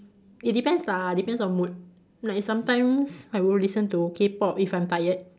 it depends lah depends on mood like sometimes I will listen to K-pop if I'm tired